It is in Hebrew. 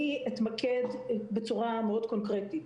אתמקד בצורה מאוד קונקרטית